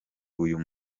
uyu